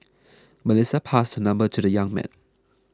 Melissa passed her number to the young man